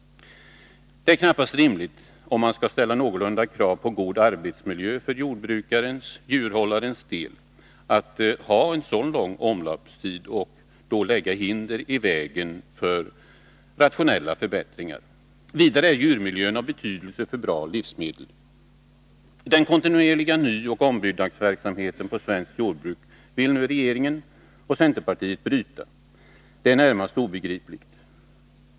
Det är knappast rimligt, om man skall ställa krav på någorlunda god arbetsmiljö för jordbrukarens-djurhållarens del att ha en så lång omloppstid och lägga hinder i vägen för rationella förbättringar. Vidare är djurmiljön av betydelse för bra livsmedel. Den kontinuerliga nyoch ombyggnadsverksamheten på svenskt jordbruk vill nu regeringen och centerpartiet bryta. Det är närmast obegripligt.